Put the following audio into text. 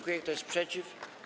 Kto jest przeciw?